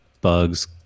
bugs